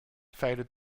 faded